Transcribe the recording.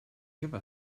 give